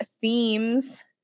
themes